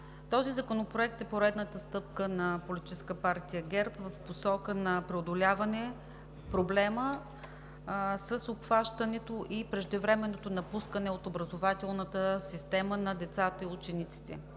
Този законопроект е поредната стъпка на Политическа партия ГЕРБ в посока на преодоляване на проблема с обхващането и преждевременното напускане от образователната система на децата и учениците.